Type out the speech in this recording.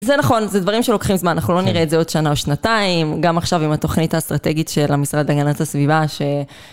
זה נכון, זה דברים שלוקחים זמן, אנחנו לא נראה את זה עוד שנה או שנתיים, גם עכשיו עם התוכנית האסטרטגית של המשרד להגנת הסביבה ש...